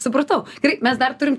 supratau gerai mes dar turim